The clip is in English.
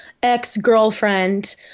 ex-girlfriend